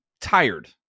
tired